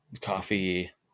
coffee